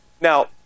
Now